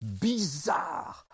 bizarre